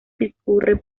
discurre